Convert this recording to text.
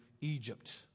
Egypt